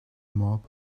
mob